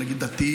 לא נגד דתיים,